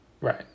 Right